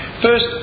First